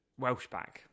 Welshback